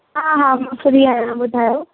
हा हा मां फिरी आहियां ॿुधायो